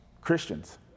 Christians